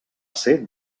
ser